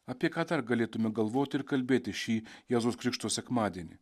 apie ką dar galėtume galvoti ir kalbėti šį jėzaus krikšto sekmadienį